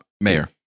Mayor